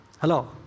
Hello